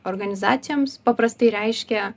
organizacijoms paprastai reiškia